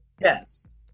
Yes